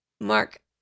Mark